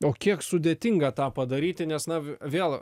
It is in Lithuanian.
o kiek sudėtinga tą padaryti nes na v vėl